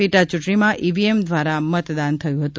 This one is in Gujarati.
પેટાચૂંટણીમાં ઈવીએમ દ્વારા મતદાન થયું હતું